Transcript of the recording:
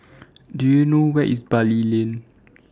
Do YOU know Where IS Bali Lane